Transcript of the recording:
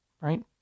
right